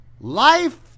life